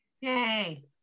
yay